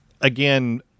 again